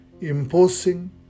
imposing